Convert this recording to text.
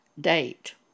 date